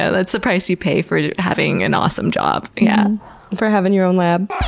ah it's the price you pay for having an awesome job. yeah for having your own lab?